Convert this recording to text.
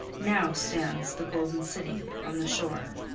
now stands the golden city on the shore.